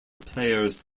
players